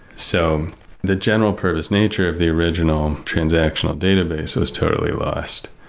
so the general purpose nature of the original transactional database was totally lost.